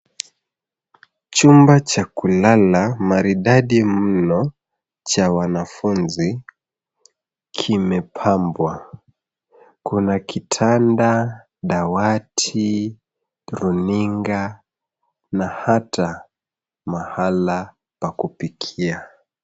Chumba cha kulala maridadi mno cha wanafunzi kimepambwa, kuna kitanda dawati runinga na hata mahala pa kupikia.